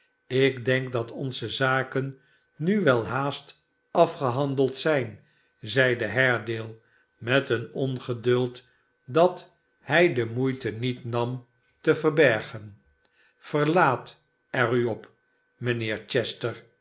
ik denk dat onze zaken nu welhaast afgehandeld zijn zeide haredale met een ongeduld dat hij de moeite niet nam te verbergen sverlaat er